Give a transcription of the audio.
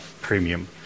Premium